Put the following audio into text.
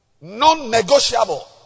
Non-negotiable